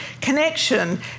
connection